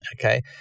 okay